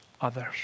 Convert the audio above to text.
others